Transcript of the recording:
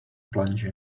plunge